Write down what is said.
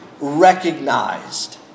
recognized